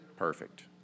Perfect